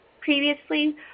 previously